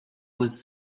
was